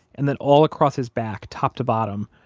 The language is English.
and that all across his back, top to bottom,